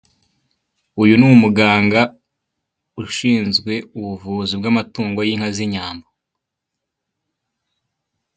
Uyu ni umuganga ushinzwe ubuvuzi bw'amatungo y'inka z'inyambo.